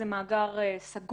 מדובר במאגר סגור,